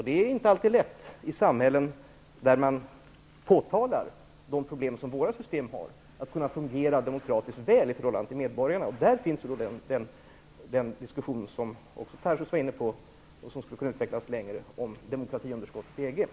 Det är inte alltid lätt i samhällen, där man påtalar de problem som våra system medför, att få demokratin att fungera väl i förhållande till medborgarna. Där sker den diskussion som Tarschys var inne på och som skulle kunna utvecklas längre om demokratiunderskottet i EG.